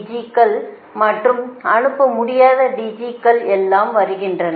க்கள் மற்றும் அனுப்ப முடியாத DG க்கள் எல்லாம் வருகின்றன